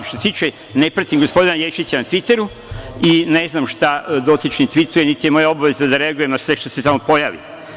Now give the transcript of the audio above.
Što se tiče, ne pratim gospodina Ješića na Tviteru i ne znam šta dotični tvituje, niti je moja obaveza da reagujem na sve što se tamo pojavi.